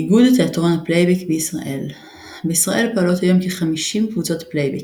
איגוד תיאטרון הפלייבק בישראל בישראל פועלות היום כ-50 קבוצות פלייבק,